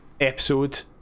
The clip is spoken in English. episode